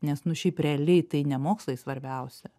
nes nu šiaip realiai tai ne mokslai svarbiausia